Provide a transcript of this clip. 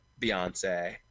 Beyonce